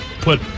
put